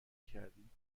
کردیم